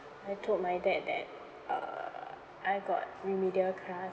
I told my dad that uh I got remedial class